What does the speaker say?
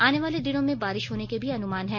आनेवाले दिनों में बारिश होने के भी अनुमान है